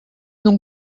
donc